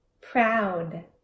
proud